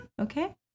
Okay